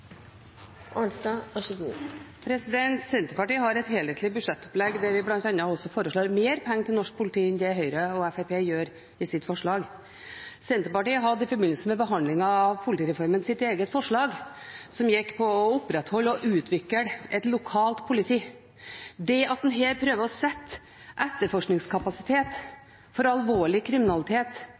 Senterpartiet har et helhetlig budsjettopplegg der vi bl.a. foreslår mer penger til norsk politi enn det Høyre og Fremskrittspartiet gjør i sitt forslag. Senterpartiet hadde i forbindelse med behandlingen av politireformen sitt eget forslag, som gikk på å opprettholde og utvikle et lokalt politi. Det at en her prøver å sette etterforskningskapasitet for alvorlig kriminalitet